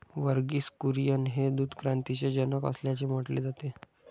वर्गीस कुरियन हे दूध क्रांतीचे जनक असल्याचे म्हटले जाते